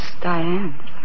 Diane